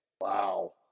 Wow